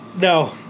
No